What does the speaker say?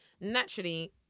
naturally